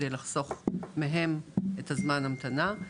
ולחסוך מהם את זמן ההמתנה.